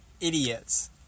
idiots